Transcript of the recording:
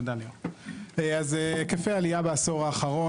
אז היקפי העלייה בעשור האחרון,